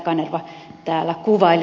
kanerva täällä kuvaili